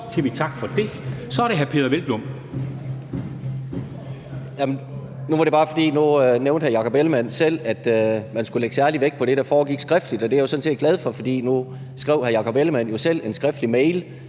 siger vi tak for det, og så er det hr. Peder Hvelplund.